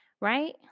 right